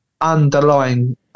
underlying